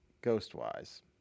ghost-wise